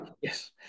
yes